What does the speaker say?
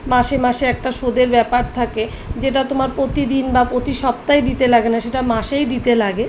মাসে মাসে একটা সুদের ব্যাপার থাকে যেটা তোমার প্রতিদিন বা প্রতি সপ্তাহে দিতে লাগে না সেটা মাসেই দিতে লাগে